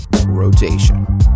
rotation